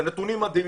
אלה נתונים מדהימים.